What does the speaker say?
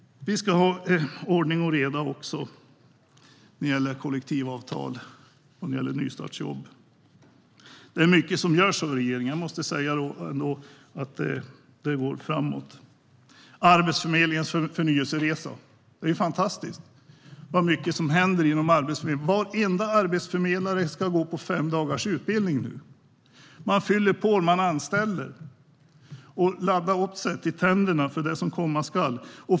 Vi ska ha ordning och reda också när det gäller kollektivavtal och nystartsjobb. Det är mycket som görs av regeringen. Jag måste säga att det går framåt. När det gäller Arbetsförmedlingens förnyelseresa är det fantastiskt hur mycket som händer där. Varenda arbetsförmedlare ska nu gå på fem dagars utbildning. Man fyller på, man anställer och man rustar sig till tänderna för det som komma skall.